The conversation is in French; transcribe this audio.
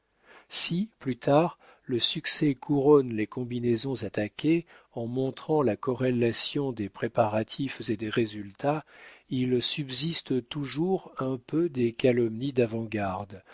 si plus tard le succès couronne les combinaisons attaquées en montrant la corrélation des préparatifs et des résultats il subsiste toujours un peu des calomnies d'avant-garde